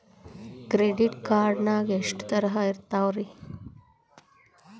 Credit card ನಾಗ ಎಷ್ಟು ತರಹ ಇರ್ತಾವ್ರಿ?